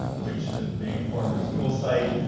which being a former school site,